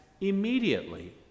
immediately